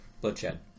Bloodshed